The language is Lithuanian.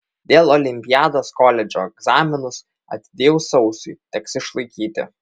dėl olimpiados koledžo egzaminus atidėjau sausiui teks išlaikyti